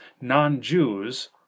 non-Jews